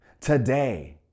Today